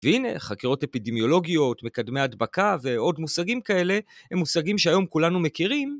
והנה, חקירות אפידמיולוגיות, מקדמי הדבקה ועוד מושגים כאלה הם מושגים שהיום כולנו מכירים.